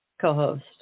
co-host